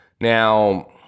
Now